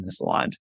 misaligned